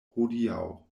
hodiaŭ